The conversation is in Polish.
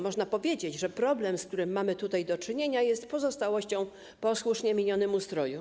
Można powiedzieć, że problem, z którym mamy tutaj do czynienia, jest pozostałością po słusznie minionym ustroju.